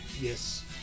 Yes